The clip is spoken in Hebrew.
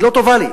היא לא טובה לי.